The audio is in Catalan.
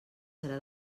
serà